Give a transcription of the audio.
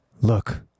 Look